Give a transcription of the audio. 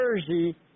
Jersey